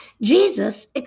Jesus